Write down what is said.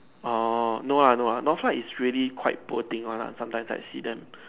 oh no lah no lah Northlight is really quite poor thing one lah sometimes I see them